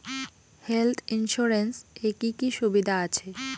Health insurance এ কি কি সুবিধা আছে?